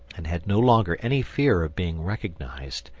and had no longer any fear of being recognised,